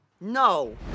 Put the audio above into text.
No